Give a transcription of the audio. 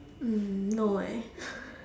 um no eh